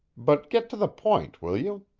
but get to the point, will you?